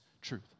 truth